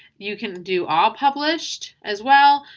you can do all published as well.